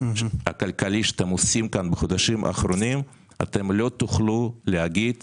שאם עושים כאן בחודשים האחרונים אתם לא תוכלו להגיד